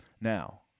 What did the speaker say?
Now